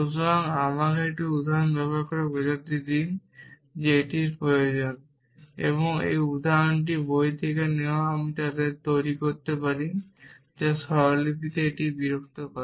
সুতরাং আমাকে একটি উদাহরণ ব্যবহার করে বোঝাতে দিন যে এটির প্রয়োজন এবং এই উদাহরণটি বই থেকে নেওয়া আমি তাদের তৈরি করতে পারি যা এই স্বরলিপিতে এটিকে বিরক্ত করে